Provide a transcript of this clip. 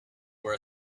were